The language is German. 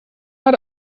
hat